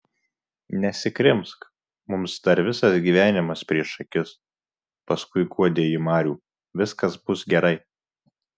nesikrimsk mums dar visas gyvenimas prieš akis paskui guodė ji marių viskas bus gerai